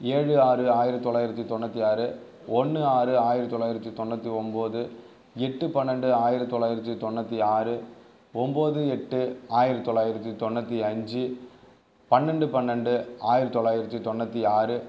ஏழு ஆறு ஆயிரத்தி தொள்ளாயிரத்தி தொண்ணூற்றி ஆறு ஒன்று ஆறு ஆயிரத்தி தொள்ளாயிரத்தி தொண்ணூற்றி ஒன்போது எட்டு பன்னெரெண்டு ஆயிரத்தி தொள்ளாயிரத்தி தொண்ணூற்றி ஆறு ஒன்போது எட்டு ஆயிரத்தி தொள்ளாயிரத்தி தொண்ணூற்றி அஞ்சு பன்னெரெண்டு பன்னெரெண்டு ஆயிரத்தி தொள்ளாயிரத்தி தொண்ணூற்றி ஆறு